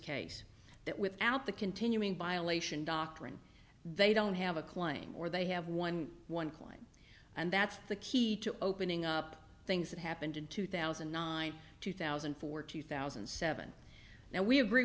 case that without the continuing violation doctrine they don't have a claim or they have won one point and that's the key to opening up things that happened in two thousand and nine two thousand and four two thousand and seven now we